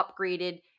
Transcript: upgraded